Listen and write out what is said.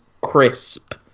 crisp